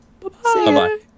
Bye-bye